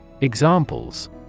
Examples